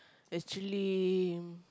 actually